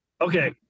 Okay